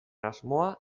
asmoa